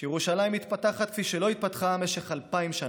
שירושלים מתפתחת כפי שלא התפתחה במשך אלפיים שנה.